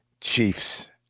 Chiefs